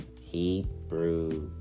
Hebrew